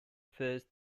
first